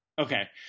Okay